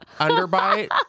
underbite